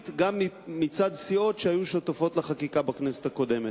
גם מצד סיעות שהיו שותפות לחקיקה בכנסת הקודמת.